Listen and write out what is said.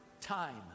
Time